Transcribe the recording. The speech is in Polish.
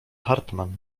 hartmann